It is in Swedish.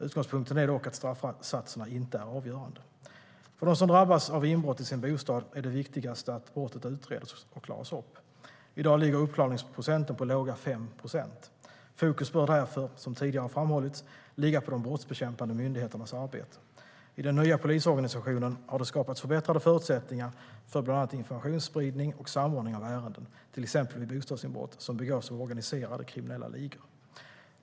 Utgångspunkten är dock att straffsatserna inte är avgörande. För dem som drabbas av inbrott i sin bostad är det viktigaste att brottet utreds och klaras upp. I dag ligger uppklaringsprocenten på låga 5 procent. Fokus bör därför, som tidigare framhållits, ligga på de brottsbekämpande myndigheternas arbete. I den nya polisorganisationen har det skapats förbättrade förutsättningar för bland annat informationsspridning och samordning av ärenden, till exempel vid bostadsinbrott som begås av organiserade och kriminella ligor.